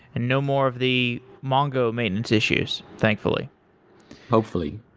and no more of the mongo maintenance issues, thankfully hopefully.